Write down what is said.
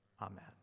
amen